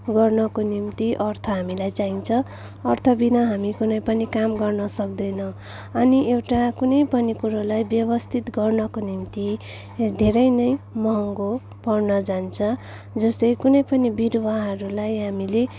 गर्नको निम्ति अर्थ हामीलाई चाहिन्छ अर्थविना हामी कुनै पनि काम गर्न सक्दैनौँ अनि एउटा कुनै पनि कुरोलाई व्यवस्थित गर्नको निम्ति धेरै नै मँहगो पर्न जान्छ जस्तै कुनै पनि बिरुवाहरूलाई हामीले